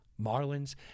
Marlins